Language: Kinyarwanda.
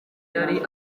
yari